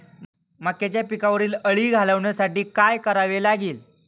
मक्याच्या पिकावरील अळी घालवण्यासाठी काय करावे लागेल?